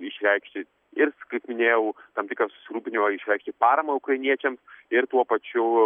išreikšti ir s kaip minėjau tam tikrą susirūpinimą išreikšti paramą ukrainiečiams ir tuo pačiu